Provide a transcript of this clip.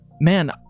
man